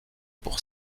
pour